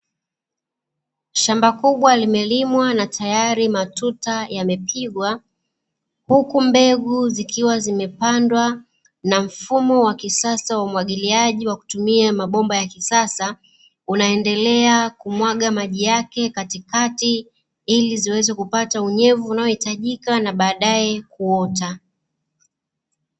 Shamba kubwa limelimwa natayari matuta yamepigwa, huku mbegu zikiwa zimepandwa na mfumo wa kisasa wa umwagiliaji kwa kutumia mabomba ya kisasa, unaendelea kumwaga maji yake katikati ili ziweze kupata unyevu uanaohitajika na baadae kuota.